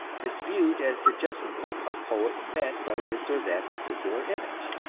dispute as to just what a poet meant by this or that particular image,